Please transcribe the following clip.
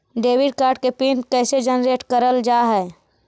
Debit card के PIN कैसे generate करल जाहै?